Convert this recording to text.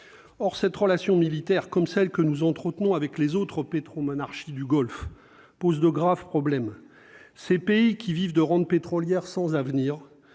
or cette relation militaire comme celle que nous entretenons avec les autres pétromonarchies du Golfe pose de graves problèmes ces pays qui vivent de rentes pétrolières sans avenir